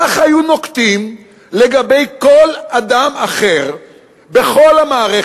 ככה היו נוקטים לגבי כל אדם אחר במערכת.